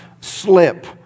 slip